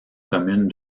commune